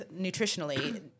nutritionally